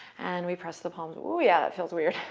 and we press the palms. oh, yeah, that feels weird.